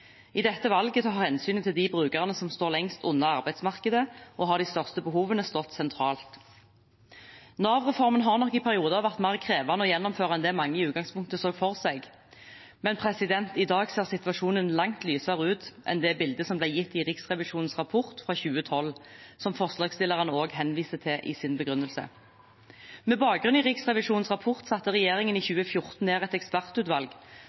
I dette valget har hensynet til de brukerne som står lengst unna arbeidsmarkedet og har de største behovene, stått sentralt. Nav-reformen har nok i perioder var mer krevende å gjennomføre enn det mange i utgangspunktet så for seg. Men i dag ser situasjonen langt lysere ut enn det bildet som ble gitt i Riksrevisjonens rapport fra 2012, som forslagsstillerne også henviser til i sin begrunnelse. Med bakgrunn i Riksrevisjonens rapport satte regjeringen i 2014 ned et ekspertutvalg